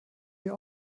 hier